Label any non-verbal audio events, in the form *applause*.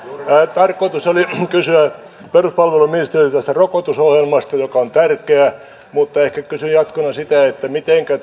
tarkoitus oli kysyä peruspalveluministeriltä tästä rokotusohjelmasta joka on tärkeä mutta ehkä kysyn jatkona sitä mitenkä *unintelligible*